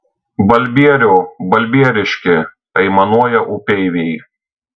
balbieriau balbieriški aimanuoja upeiviai